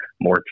more